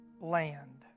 land